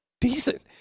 decent